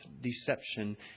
deception